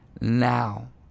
now